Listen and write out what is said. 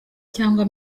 cyangwa